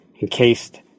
encased